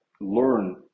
learn